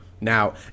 now